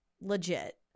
legit